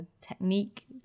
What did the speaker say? technique